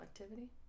activity